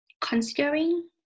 considering